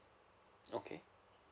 okay